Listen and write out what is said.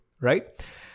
right